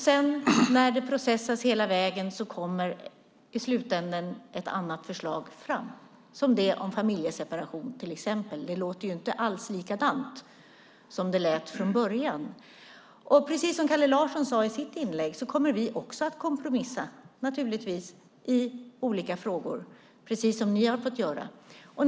Sedan när det har processats hela vägen kommer ett annat förslag fram i slutänden, till exempel det om familjeseparation. Det låter inte alls likadant som det lät från början. Precis som Kalle Larsson sade i sitt inlägg kommer naturligtvis vi också att kompromissa i olika frågor, precis som ni har fått göra.